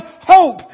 hope